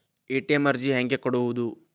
ATM ಅರ್ಜಿ ಹೆಂಗೆ ಕೊಡುವುದು?